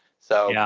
so. yeah.